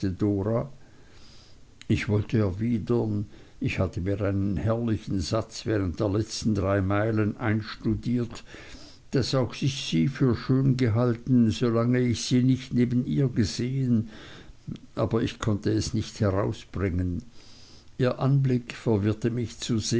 ich wollte erwidern ich hatte mir einen herrlichen satz während der drei letzten meilen einstudiert daß auch ich sie für schön gehalten solange ich sie nicht neben ihr gesehen aber ich konnte es nicht herausbringen ihr anblick verwirrte mich